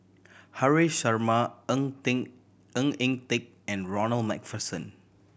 Haresh Sharma Ng Teng Ng Eng Teng and Ronald Macpherson